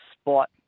spot